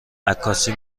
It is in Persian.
عکاسی